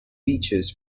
beaches